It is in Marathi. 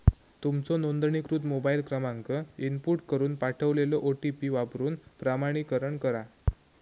तुमचो नोंदणीकृत मोबाईल क्रमांक इनपुट करून पाठवलेलो ओ.टी.पी वापरून प्रमाणीकरण करा